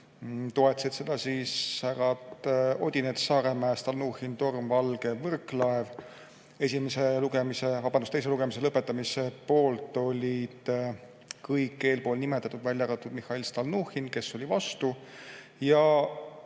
Toetasid seda härrad Odinets, Saaremäe, Stalnuhhin, Torm, Valge ja Võrklaev. Teise lugemise lõpetamise poolt olid kõik eespool nimetatud, välja arvatud Mihhail Stalnuhhin, kes oli vastu.